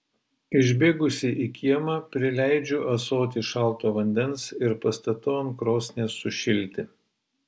išbėgusi į kiemą prileidžiu ąsotį šalto vandens ir pastatau ant krosnies sušilti